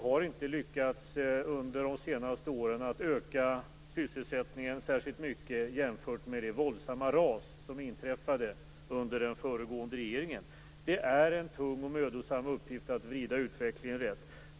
Vi har under de senaste åren inte lyckats öka sysselsättningen särskilt mycket jämfört med det våldsamma ras som inträffade under den föregående regeringen. Det är en tung och mödosam uppgift att vrida utvecklingen rätt.